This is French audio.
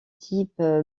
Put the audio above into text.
type